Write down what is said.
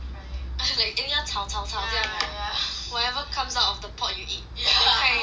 like anyhow 炒炒炒这样 ah whatever comes out of the pot you eat that kind is it